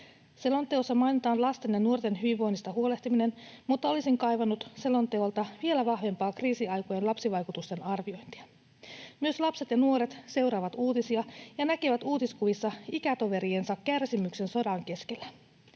Selonteossa mainitaan lasten ja nuorten hyvinvoinnista huolehtiminen, mutta olisin kaivannut selonteolta vielä vahvempaa kriisiaikojen lapsivaikutusten arviointia. Myös lapset ja nuoret seuraavat uutisia ja näkevät uutiskuvissa ikätoveriensa kärsimyksen sodan keskellä.